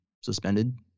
suspended